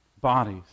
bodies